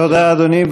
תודה, אדוני.